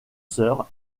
sœur